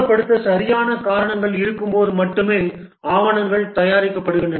ஆவணப்படுத்த சரியான காரணங்கள் இருக்கும்போது மட்டுமே ஆவணங்கள் தயாரிக்கப்படுகின்றன